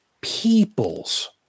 people's